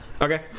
Okay